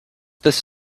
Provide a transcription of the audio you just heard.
this